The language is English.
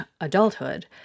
adulthood